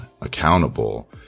accountable